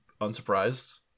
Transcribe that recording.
unsurprised